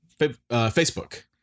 Facebook